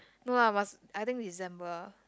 no lah but s~ I think December ah